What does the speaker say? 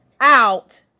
out